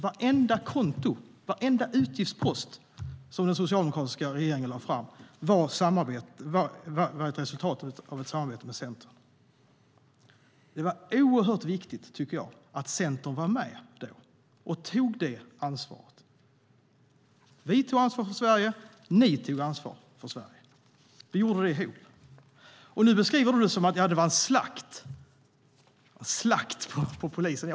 Varenda konto, varenda utgiftspost, som den socialdemokratiska regeringen lade fram var ett resultat av ett samarbete med Centern. Det var oerhört viktigt att Centern var med och tog det ansvaret. Vi tog ansvar för Sverige. Ni tog ansvar för Sverige. Vi gjorde det ihop. Nu beskriver Johan Linander detta som att det var en slakt på polisen.